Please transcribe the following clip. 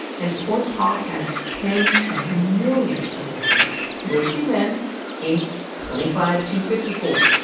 and sports talk has tens of millions of listeners, mostly men aged twenty-five to fifty-four.